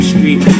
Street